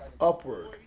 upward